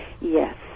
Yes